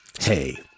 Hey